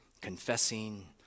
confessing